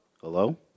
Hello